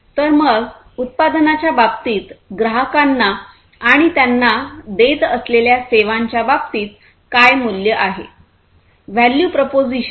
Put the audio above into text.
तर मग उत्पादनाच्या बाबतीत ग्राहकांना आणि त्यांना देत असलेल्या सेवांच्या बाबतीत काय मूल्य आहे व्हॅल्यू प्रोपोझिशन